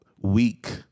weak